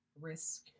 risk